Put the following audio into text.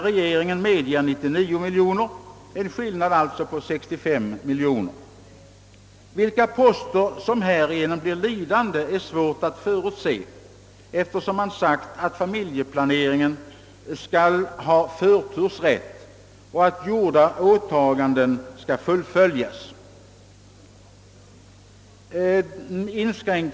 Regeringen medger 99 miljoner kronor, en skillnad alltså på 65 miljoner kronor. Vilka poster som härigenom blir lidande är svårt att förutse, eftersom man sagt att familjeplaneringen skall ha förtursrätt och att gjorda åtaganden skall fullföljas.